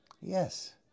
Yes